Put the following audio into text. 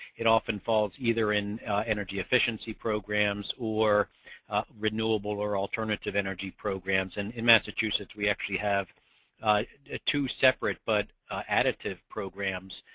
it often involves either in energy efficiency programs or renewable or alternative energy programs and in massachusetts we actually have a two separate but additive programs